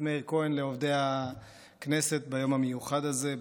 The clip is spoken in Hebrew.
מאיר כהן לעובדי הכנסת ביום המיוחד הזה.